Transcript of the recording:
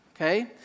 Okay